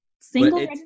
single